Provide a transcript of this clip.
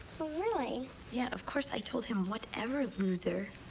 really? yeah. of course, i told him, whatever, loser.